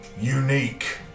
unique